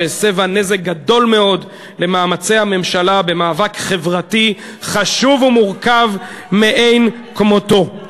שהסבה נזק גדול מאוד למאמצי הממשלה במאבק חברתי חשוב ומורכב מאין כמותו.